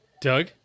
Doug